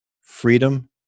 Freedom